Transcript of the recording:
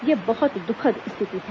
यह बहुत दुखद स्थिति है